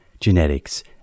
genetics